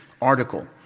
article